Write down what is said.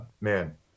man